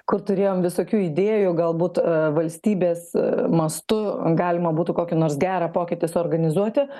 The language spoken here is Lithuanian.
kur turėjom visokių idėjų galbūt valstybės mastu galima būtų kokį nors gerą pokytį suorganizuoti